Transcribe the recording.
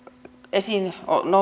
esiin